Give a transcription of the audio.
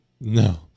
No